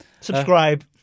subscribe